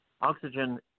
oxygen